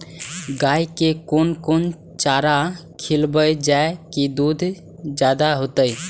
गाय के कोन कोन चारा खिलाबे जा की दूध जादे होते?